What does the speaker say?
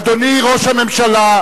אדוני ראש הממשלה,